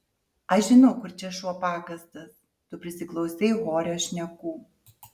aš žinau kur čia šuo pakastas tu prisiklausei horio šnekų